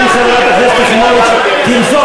תצביעו כמו שצריך,